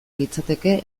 litzateke